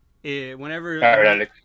whenever